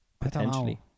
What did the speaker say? Potentially